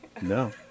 No